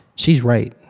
she's right.